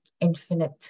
infinite